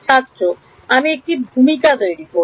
ছাত্র আমি একটা ভূমিকা তৈরি করব